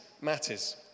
matters